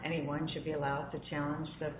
anyone should be allowed to challenge the